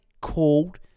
called